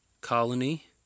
colony